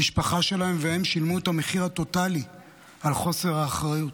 המשפחה שלהם והם שילמו את המחיר הטוטלי על חוסר האחריות,